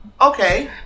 Okay